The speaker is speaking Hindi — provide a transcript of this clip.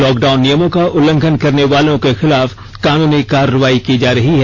लॉकडाउन नियमों का उल्लंघन करने वालों के खिलाफ कानूनी कार्रवाई की जा रही है